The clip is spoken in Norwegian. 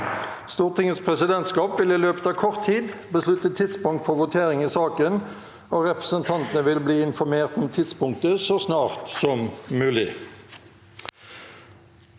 Stortingets presidentskap vil i løpet av kort tid beslutte tidspunkt for votering over saken, og representantene vil bli informert om tidspunktet så snart som mulig.